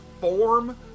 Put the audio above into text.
form